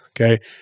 Okay